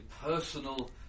personal